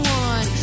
one